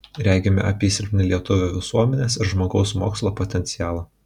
regime apysilpnį lietuvių visuomenės ir žmogaus mokslo potencialą